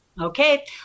Okay